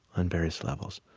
on various levels.